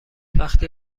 وقتی